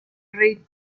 rey